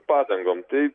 padangom tai